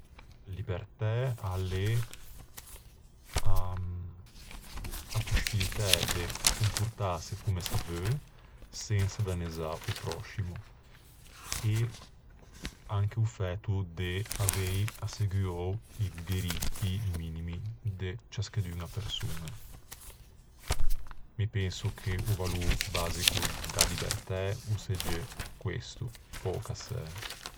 Libertæ a l'é a poscibilitæ de comportâse comme se veu sensa dannezzâ o pròscimo. E anche o fæto de avei asseguou i diritti minimi de ciascheduña persoña. Mi penso che o valô basico da libertæ o segge questo, pöcassæ.